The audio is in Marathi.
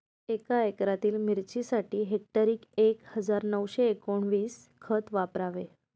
एका एकरातील मिरचीसाठी हेक्टरी एक हजार नऊशे एकोणवीस खत वापरावे